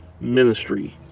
ministry